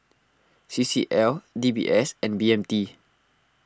C C L D B S and B M T